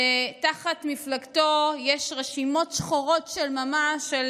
שתחת מפלגתו יש רשימות שחורות של ממש,